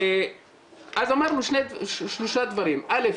אז אמרנו שלושה דברים: א',